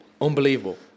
Unbelievable